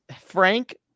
Frank